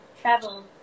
travel